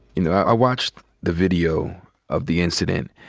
you know, i watched the video of the incident,